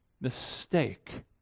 mistake